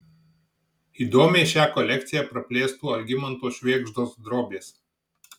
įdomiai šią kolekciją praplėstų algimanto švėgždos drobės